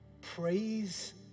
Praise